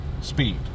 speed